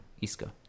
Isco